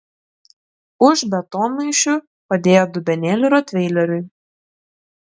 už betonmaišių padėjo dubenėlį rotveileriui